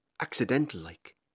Accidental-like